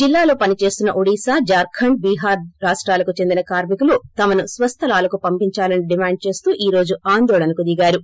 జిల్లాలో పని చేస్తున్స ఒడిశా జార్ఖండ్ బీహార్ రాష్టాలకు చెందిన కార్మికులు తమను స్వస్థలాలకు పంపించాలని డిమాండ్ చేస్తూ ఈ రోజు తందోళనకు దిగారు